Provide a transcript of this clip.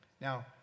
Now